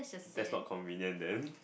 that's not convenient then